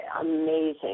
amazing